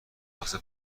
واسه